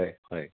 হয় হয়